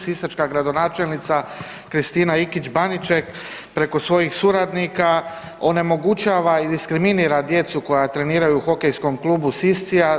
Sisačka gradonačelnica Kristina Ikić Baniček preko svojih suradnika onemogućava i diskriminira djecu koja treniraju u Hokejskom klubu Siscija.